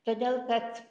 todėl kad